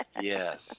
Yes